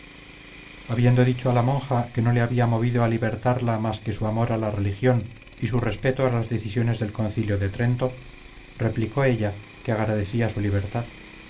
habiendo dicho a la monja que no le había movido a libertarla más que su amor a la religión y su respeto a las decisiones del concilio de trento replicó ella que agradecía su libertad